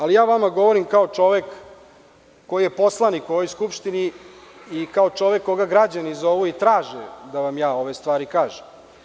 Ali, ja vama govorim kao čovek koji je poslanik u ovoj Skupštini i kao čovek koga građani zovu i traže da vam ja ove stvari kažem.